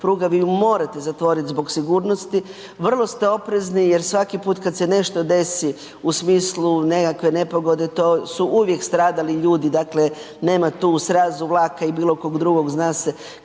pruga, vi ju morate zatvoriti zbog sigurnosti, vrlo ste oprezni jer svaki put kad se nešto desi u smislu nekakve nepogode to su uvijek stradali ljudi, dakle nema tu u srazu vlaka i bilo kog drugog zna se